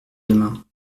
demain